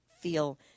feel